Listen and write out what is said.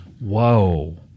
Whoa